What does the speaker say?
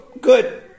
good